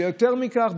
יותר מכך,